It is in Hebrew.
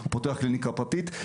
הוא פותח קליניקה פרטית.